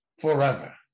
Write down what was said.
forever